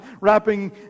wrapping